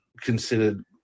considered